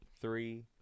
three